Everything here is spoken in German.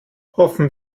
hoffen